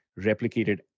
replicated